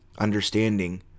understanding